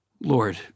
Lord